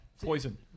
Poison